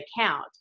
account